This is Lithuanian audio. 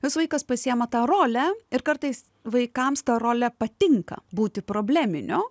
tas vaikas pasiima tą rolę ir kartais vaikams ta rolė patinka būti probleminiu